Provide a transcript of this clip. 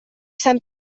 sant